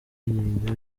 yiga